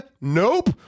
Nope